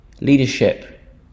leadership